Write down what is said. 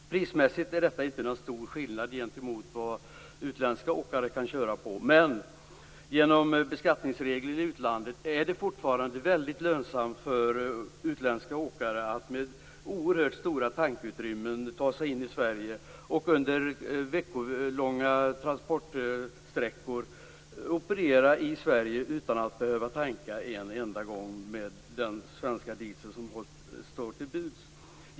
Tidsmässigt innebär detta egentligen inte någon skillnad gentemot utländska åkare. Men genom beskattningsreglerna i utlandet är det fortfarande väldigt lönsamt för utländska åkare att med oerhört stora tankutrymmen ta sig in i Sverige. De kan under veckolånga transporter operera i Sverige utan att en enda gång behöva tanka i Sverige med den svenska diesel som står till buds.